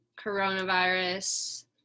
coronavirus